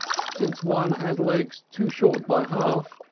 since one has legs too short by half,